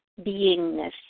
beingness